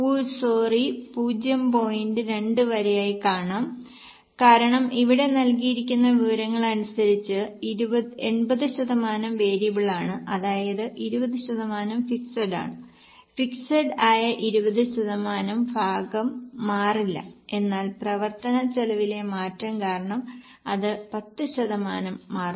2 വരെയായി കാണാം കാരണം ഇവിടെ നൽകിയിരിക്കുന്ന വിവരങ്ങൾ അനുസരിച്ച് 80 ശതമാനം വേരിയബിളാണ് അതായത് 20 ശതമാനം ഫിക്സഡ് ആണ് ഫിക്സഡ് ആയ 20 ശതമാനം ഭാഗം മാറില്ല എന്നാൽ പ്രവർത്തന ചെലവിലെ മാറ്റം കാരണം അത് 10 ശതമാനം മാറും